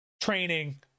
training